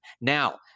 Now